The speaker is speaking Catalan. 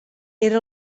era